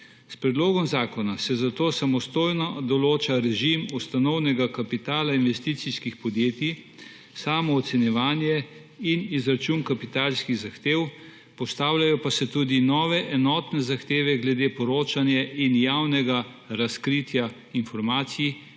S predlogom zakona se zato samostojno določa režim ustanovnega kapitala investicijskih podjetij, samoocenjevanje in izračun kapitalskih zahtev, postavljajo pa se tudi nove enotne zahteve glede poročanja in javnega razkritja informacij,